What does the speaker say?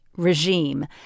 regime